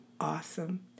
awesome